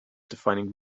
defining